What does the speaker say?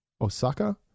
Osaka